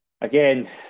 again